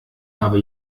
habe